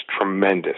tremendous